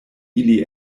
ili